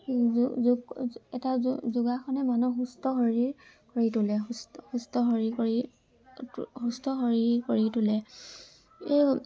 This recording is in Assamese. এটা যোগাসনে মানুহৰ এটা সুস্থ শৰীৰ গঢ়ি তোলে সুস্থ শৰীৰ কৰি সুস্থ শৰীৰ কৰি তোলে এই